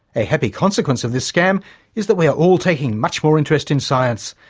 a heavy consequence of this scam is that we are all taking much more interest in science,